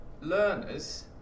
learners